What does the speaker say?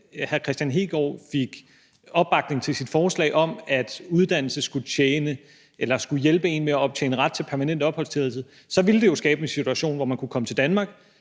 at hr. Kristian Hegaard fik opbakning til sit forslag om, at uddannelse skulle hjælpe en med at optjene ret til permanent opholdstilladelse, for så ville det jo skabe en situation, hvor man kunne komme til Danmark,